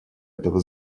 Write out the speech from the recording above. этого